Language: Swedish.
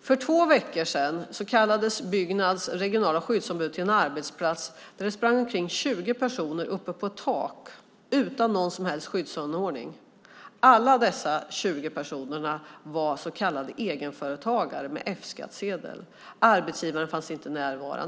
För två veckor sedan kallades Byggnads regionala skyddsombud till en arbetsplats där det sprang omkring 20 personer på ett tak utan någon som helst skyddsanordning. Alla dessa 20 personer var så kallade egenföretagare med F-skattsedel. Arbetsgivaren fanns inte närvarande.